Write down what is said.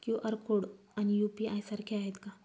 QR code आणि UPI सारखे आहेत का?